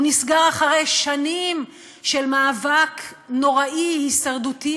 הוא נסגר אחרי שנים של מאבק נוראי הישרדותי,